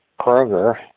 Kroger